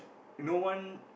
no one